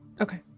Okay